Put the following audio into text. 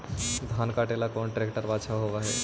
धान कटे ला कौन ट्रैक्टर अच्छा होबा है?